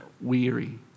weary